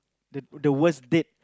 the the worst date